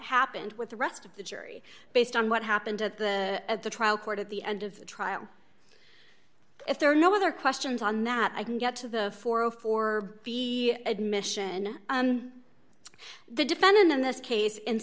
happened with the rest of the jury based on what happened at the at the trial court at the end of the trial if there are no other questions on that i can get to the for oh for the admission the defendant in this case